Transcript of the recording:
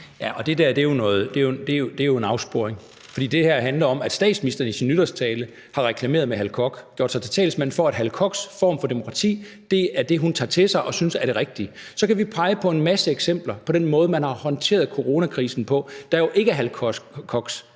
(DF): Det der er jo en afsporing. For det her handler om, at statsministeren i sin nytårstale har reklameret med Hal Koch, altså gjort sig til talsmand for, at Hal Kochs form for demokrati er det, hun tager til sig og synes er det rigtige. Så kan vi pege på en masse eksempler i den måde, man har håndteret coronakrisen på, der jo ikke er Hal Kochsk,